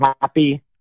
happy